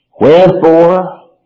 Wherefore